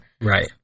Right